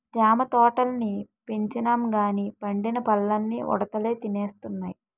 జామ తోటల్ని పెంచినంగానీ పండిన పల్లన్నీ ఉడతలే తినేస్తున్నాయి